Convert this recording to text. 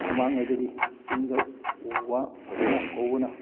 ꯃꯃꯥꯡꯉꯩꯗꯗꯤ ꯆꯤꯡꯗ ꯎ ꯋꯥ ꯐꯖꯅ ꯍꯧꯕꯅ